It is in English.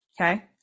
Okay